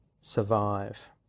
survive